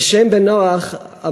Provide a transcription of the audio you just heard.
ושם בן נח אמר: